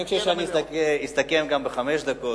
אני חושב שאני אסתפק גם בחמש דקות.